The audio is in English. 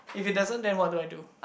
if it doesn't then what do I do